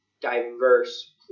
diverse